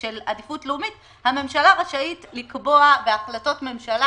עדיפות לאומית הממשלה רשאית לקבוע בהחלטות ממשלה